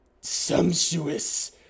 sumptuous